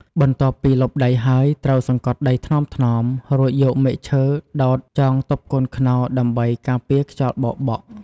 បន្ទាប់ពីលុបដីហើយ ត្រូវសង្កត់ដីថ្នមៗ រួចយកមែកឈើដោតចងទប់កូនខ្នុរដើម្បីការពារខ្យល់បោកបក់។